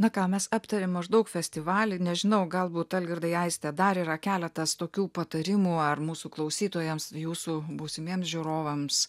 na ką mes aptarėm maždaug festivalį nežinau galbūt algirdai aiste dar yra keletas tokių patarimų ar mūsų klausytojams jūsų būsimiems žiūrovams